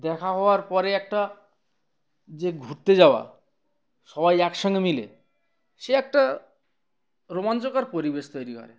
দেখা হওয়ার পরে একটা যে ঘুরতে যাওয়া সবাই এক সঙ্গে মিলে সে একটা রোমাঞ্চকর পরিবেশ তৈরি করে